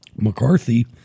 McCarthy